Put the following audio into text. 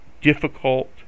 difficult